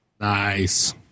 Nice